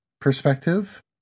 perspective